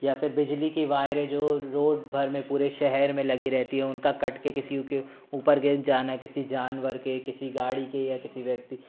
या फिर बिजली की वायर है जो रोड भर में पूरे शहर में लगी रहती हैं उनका कटके किसी के ऊपर गिर जाना किसी जानवर के किसी गाड़ी के या किसी व्यक्ति